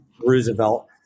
Roosevelt